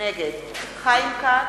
נגד חיים כץ,